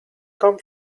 come